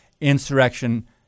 insurrection